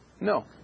No